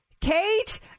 kate